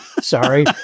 Sorry